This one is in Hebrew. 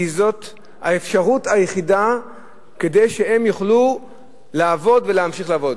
כי זאת האפשרות היחידה כדי שהם יוכלו לעבוד ולהמשיך לעבוד.